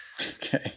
Okay